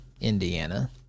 Indiana